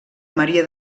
maria